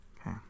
Okay